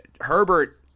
Herbert